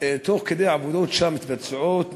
תוך כדי העבודות המתבצעות שם,